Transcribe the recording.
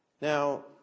Now